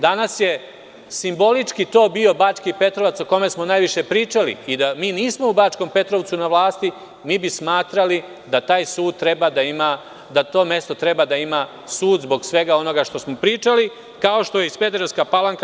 Danas je simbolički to bio Bački Petrovac o kome smo najviše pričali i da mi nismo u Bačkom Petrovcu na vlasti, mi bi smatrali da to mesto treba da ima sud, zbog svega onoga što smo pričali, kao što i Smederevska Palanka.